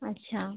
अच्छा